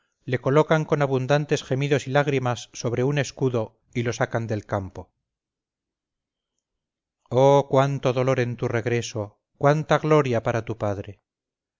le colocan con abundantes gemidos y lágrimas sobre un escudo y lo sacan del campo oh cuánto dolor en tu regreso cuánta gloria para tu padre